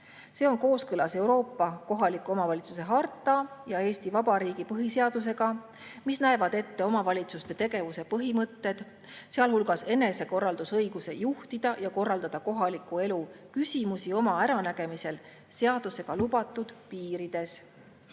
See on kooskõlas Euroopa kohaliku omavalitsuse harta ja Eesti Vabariigi põhiseadusega, mis näevad ette omavalitsuste tegevuse põhimõtted, sealhulgas enesekorraldusõiguse juhtida ja korraldada kohaliku elu küsimusi oma äranägemisel seadusega lubatud piirides.